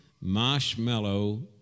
marshmallow